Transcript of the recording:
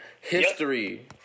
history